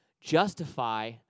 justify